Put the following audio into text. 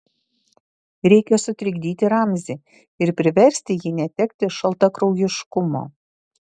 reikia sutrikdyti ramzį ir priversti jį netekti šaltakraujiškumo